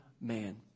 man